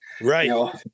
Right